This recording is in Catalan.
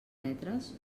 metres